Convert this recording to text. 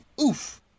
Oof